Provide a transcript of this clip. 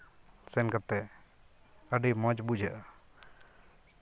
ᱥᱮᱱ ᱠᱟᱛᱮᱫ ᱟᱹᱰᱤ ᱢᱚᱡᱽ ᱵᱩᱡᱷᱟᱹᱜᱼᱟ